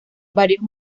varios